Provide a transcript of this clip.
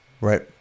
right